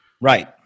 Right